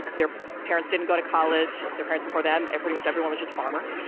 their parents didn't go to college. the parents before them, pretty much everyone was just farmer,